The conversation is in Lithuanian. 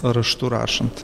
raštu rašant